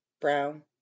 brown